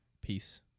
Peace